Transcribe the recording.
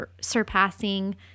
surpassing